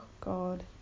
god